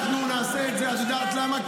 אנחנו נעשה את זה, את יודעת למה?